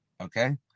okay